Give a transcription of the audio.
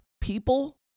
people